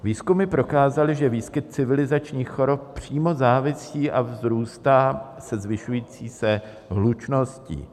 Výzkumy prokázaly, že výskyt civilizačních chorob přímo závisí a vzrůstá se zvyšující se hlučností.